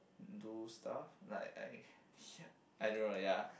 do stuff like I I don't know ya